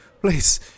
please